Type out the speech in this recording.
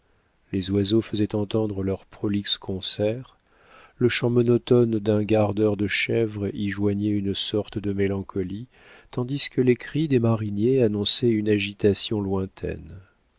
les oiseaux faisaient entendre leurs prolixes concerts le chant monotone d'un gardeur de chèvres y joignait une sorte de mélancolie tandis que les cris des mariniers annonçaient une agitation lointaine